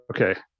okay